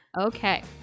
Okay